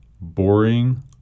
boring